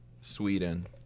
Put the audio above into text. Sweden